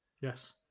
Yes